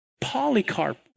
Polycarp